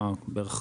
בערך,